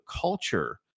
culture